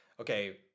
okay